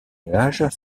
nuages